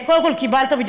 אני לא קיבלתי את המייל.